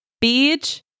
Beach